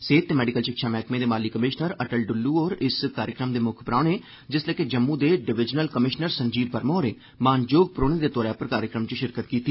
सेह्त ते मैडिकल षिक्षा मैह्कमे दे माली कमिषनर अटल डुल्लु होर इस कार्यक्रम दे मुक्ख परौह्ने ते जिल्ले जम्मू दे डिवीजनल कमिषनर संजीव वर्मा होरें मानजोग परौहने दे तौर पर कार्यक्रम च षिरकत कीती